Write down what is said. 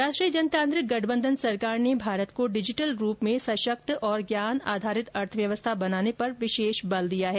राष्ट्रीय जनतांत्रिक गठबंधन सरकार ने भारत को डिजिटल रूप में सशक्त और ज्ञान आधारित अर्थव्यवस्था बनाने पर विशेष बल दिया है